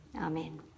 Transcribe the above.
Amen